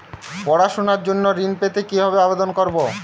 পড়াশুনা জন্য ঋণ পেতে কিভাবে আবেদন করব?